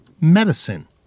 medicine